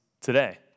today